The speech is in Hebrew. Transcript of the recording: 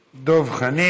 8747,